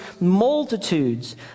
multitudes